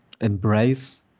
embrace